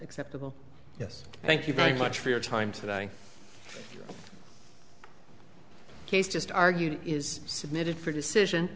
acceptable yes thank you very much for your time today case just argued is submitted for decision